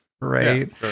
right